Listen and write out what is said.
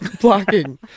blocking